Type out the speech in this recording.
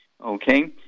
Okay